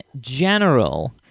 general